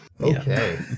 Okay